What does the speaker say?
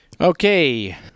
Okay